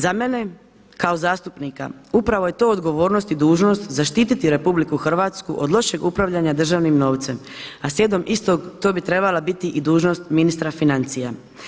Za mene, kao zastupnika, upravo je to odgovornost i dužnost zaštiti RH od lošeg upravljanja državnim novcem a slijedom istog to bi trebala biti i dužnost ministra financija.